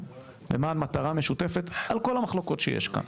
למען מטרה משותפת על כל המחלוקות שיש כאן.